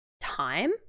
time